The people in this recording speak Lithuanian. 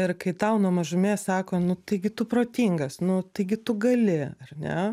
ir kai tau nuo mažumės sako nu tai gi tu protingas nu taigi tu gali ar ne